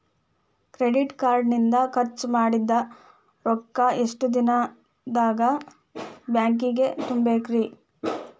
Credit card ಇಂದ್ ಖರ್ಚ್ ಮಾಡಿದ್ ರೊಕ್ಕಾ ಎಷ್ಟ ದಿನದಾಗ್ ಬ್ಯಾಂಕಿಗೆ ತುಂಬೇಕ್ರಿ?